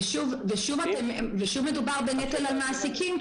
ושוב, אדוני, מדובר באמת על המעסיקים.